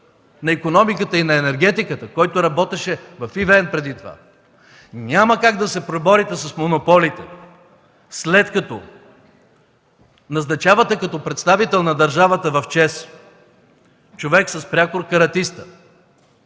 на икономиката и енергетиката, защото преди това работеше в EVN. Няма как да се преборите с монополите, след като назначавате като представител на държавата в ЧЕЗ човек с прякор Каратиста.